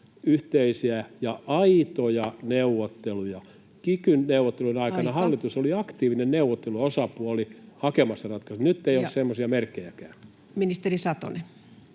yhteisiä ja aitoja neuvotteluja? Kiky-neuvottelujen aikana [Puhemies: Aika!] hallitus oli aktiivisena neuvotteluosapuolena hakemassa ratkaisuja. Nyt ei ole semmoisia merkkejäkään. Ministeri Satonen.